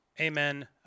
amen